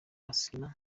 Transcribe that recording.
asinah